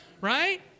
right